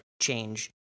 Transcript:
change